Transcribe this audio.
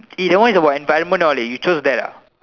eh that one is environment all eh you chose that ah